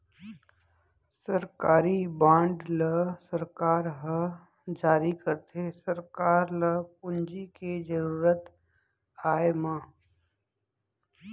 सरकारी बांड ल सरकार ह जारी करथे सरकार ल पूंजी के जरुरत आय म